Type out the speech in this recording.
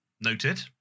Noted